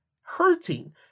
hurting